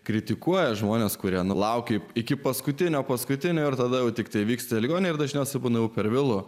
kritikuoja žmones kurie laukė iki paskutinio paskutinio ir tada tiktai vyksta ligoniai ir dažniausiai būdavo per vėlu